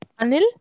Anil